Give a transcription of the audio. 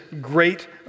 great